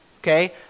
okay